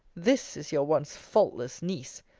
this is your once faultless niece!